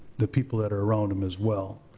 the people that are around them as well.